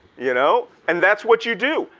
you know? and that's what you do.